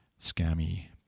scammy